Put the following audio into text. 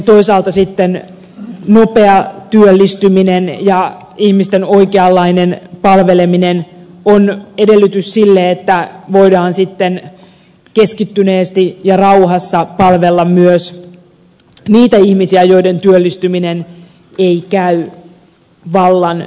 toisaalta sitten nopea työllistyminen ja ihmisten oikeanlainen palveleminen ovat edellytys sille että voidaan sitten keskittyneesti ja rauhassa palvella myös niitä ihmisiä joiden työllistyminen ei käy vallan nopeasti